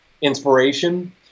inspiration